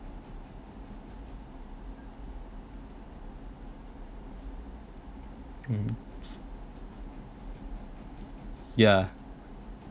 mm yeah